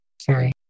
Sorry